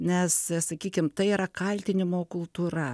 nes sakykim tai yra kaltinimo kultūra